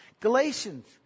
Galatians